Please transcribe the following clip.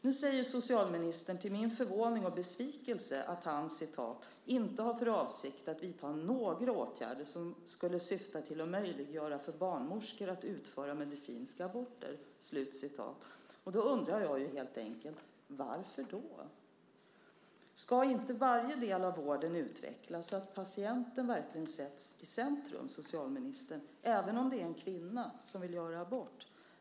Nu säger socialministern, till min förvåning och besvikelse, att han inte har för avsikt att vidta några åtgärder som skulle syfta till att möjliggöra för barnmorskor att utföra medicinska aborter. Då undrar jag helt enkelt: Varför? Ska inte varje del av vården utvecklas så att patienten verkligen sätts i centrum, socialministern, även om det är en kvinna som vill göra abort?